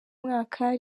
mwaka